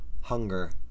hunger